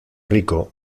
rico